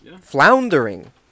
floundering